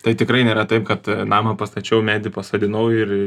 tai tikrai nėra taip kad namą pastačiau medį pasodinau ir